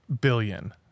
billion